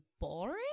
boring